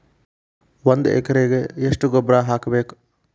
ಒಂದ್ ಎಕರೆಗೆ ಎಷ್ಟ ಗೊಬ್ಬರ ಹಾಕ್ಬೇಕ್?